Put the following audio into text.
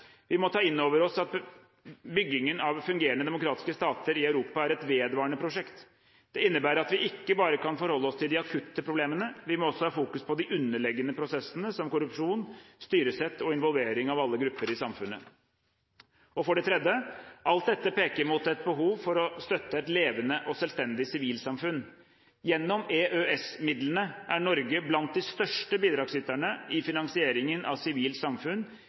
Vi må ta inn over oss at byggingen av fungerende demokratiske stater i Europa er et vedvarende prosjekt. Det innebærer at vi ikke bare kan forholde oss til de akutte problemene, vi må også ha fokus på de underliggende prosessene, som korrupsjon, styresett og involvering av alle grupper i samfunnet. For det tredje: Alt dette peker mot et behov for å støtte et levende og selvstendig sivilsamfunn. Gjennom EØS-midlene er Norge blant de største bidragsyterne i finansieringen av sivilt samfunn